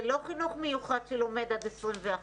זה לא חינוך מיוחד שלומד עד 21,